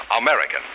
American